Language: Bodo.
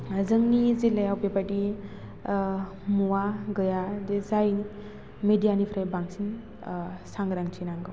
जोंनि जिल्लायाव बे बायदि मुवा गैयादि जाय मिडियानिफ्राइ बांसिन सांग्रांथि नांगौ